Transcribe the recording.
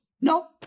no